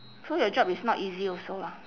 so your job is not easy also lah